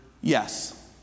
yes